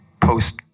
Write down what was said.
post